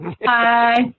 Hi